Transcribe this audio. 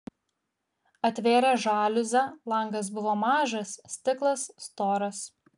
atvėrė žaliuzę langas buvo mažas stiklas storas